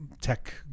tech